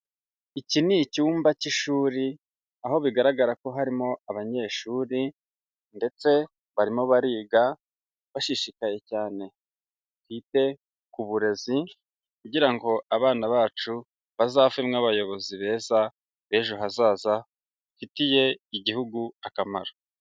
Iki ni icyumba cy'ishuri aho bigaragara ko harimo abanyeshuri ndetse barimo bariga bashishikaye cyane. Twite ku burezi kugira ngo abana bacu bazavemo abayobozi beza b'ejo hazaza bafitiye igihugu akamaro.